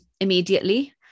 immediately